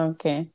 Okay